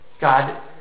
God